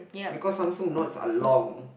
because Samsung Notes are long